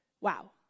wow